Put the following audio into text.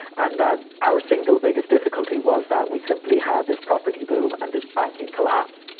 and that our single biggest difficulty was that we simply had this property boom and this banking collapse.